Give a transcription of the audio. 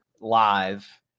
live